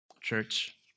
Church